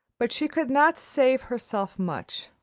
but she could not save herself much,